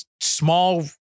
small